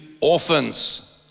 orphans